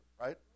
right